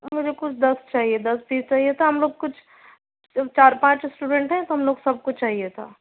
میرے کو دس چاہیے دس پیس چاہیے تھا ہم لوگ کچھ چار پانچ اسٹوڈنٹس ہیں تو ہم لوگ سب کو چاہیے تھا